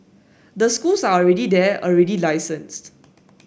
the schools are already there already licensed